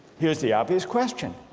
here's the obvious question,